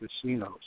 casinos